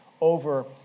over